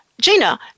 Gina